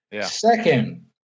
Second